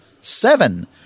Seven